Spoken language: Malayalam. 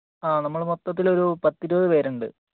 ആ നമ്മൾ മൊത്തത്തിലൊരു പത്തിരുപത് പേരുണ്ട്